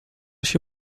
się